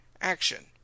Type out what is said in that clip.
action